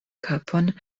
kapon